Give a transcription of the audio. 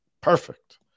Perfect